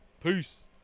Peace